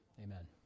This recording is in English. Amen